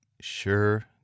Sure